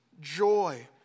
joy